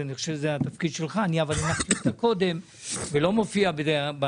אני חושב שזה התפקיד שלך אבל אני הנחתי אותה קודם ולא מופיע בדברים,